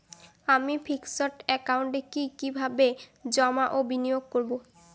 আমি ফিক্সড একাউন্টে কি কিভাবে জমা ও বিনিয়োগ করব?